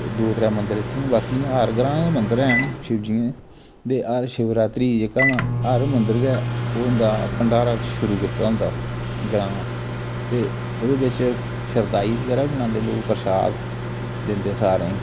दो त्रै मंदर इत्थै न बाकि इ'यां हर ग्रांऽ गै मंदर हैन शिव जी दे ते हर शिवरात्रि गी जेह्का ना हर मंदर गै ओह् हुंदा भण्डारा शुरू कीते दा हुंदा ग्रांऽ ते ओह्दे बिच शरदाई बगैरा बी बनांदे लोग परशाद दिंदे सारें गी